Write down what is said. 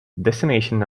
designations